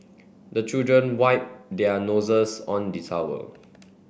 the children wipe their noses on the towel